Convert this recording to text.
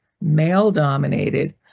male-dominated